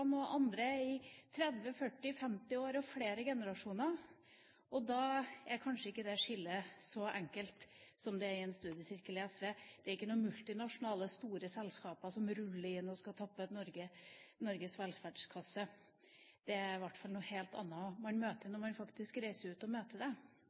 og andre i 30–40–50 år i flere generasjoner. Da er kanskje ikke det skillet så enkelt som det er i en studiesirkel i SV. Det er ikke noen multinasjonale store selskaper som ruller inn og skal tappe Norges velferdskasse. Det er i hvert fall noe helt annet man møter